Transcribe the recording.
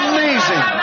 Amazing